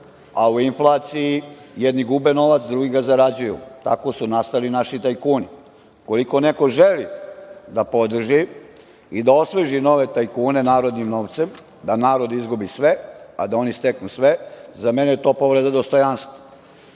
a u inflaciji jedni gube novac, drugi ga zarađuju. Tako su nastali naši tajkuni. Ukoliko neko želi da podrži i da osveži nove tajkune narodnim novcem, da narod izgubi sve, a da oni steknu sve, za mene je to povreda dostojanstva.